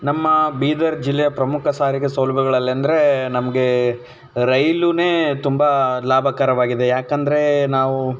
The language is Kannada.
ನಮ್ಮ ಬೀದರ್ ಜಿಲ್ಲೆಯ ಪ್ರಮುಖ ಸಾರಿಗೆ ಸೌಲಭ್ಯಗಳಲ್ಲಿ ಅಂದರೆ ನಮಗೆ ರೈಲುನೇ ತುಂಬ ಲಾಭಕರವಾಗಿದೆ ಯಾಕೆಂದ್ರೆ ನಾವು